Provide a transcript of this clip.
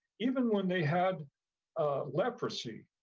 even when they had leprosy,